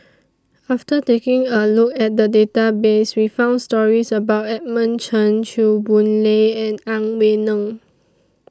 after taking A Look At The Database We found stories about Edmund Chen Chew Boon Lay and Ang Wei Neng